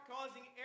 causing